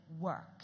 work